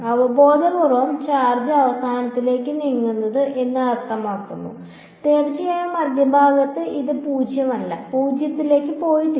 അവബോധപൂർവ്വം ചാർജ് അവസാനത്തിലേക്കാണ് നീങ്ങുന്നത് എന്ന് അർത്ഥമാക്കുന്നു തീർച്ചയായും മധ്യഭാഗത്ത് അത് 0 അല്ല 0 ലേക്ക് പോയിട്ടില്ല